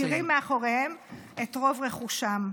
כשהם מותירים מאחוריהם את רוב רכושם.